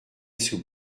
sous